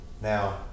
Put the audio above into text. Now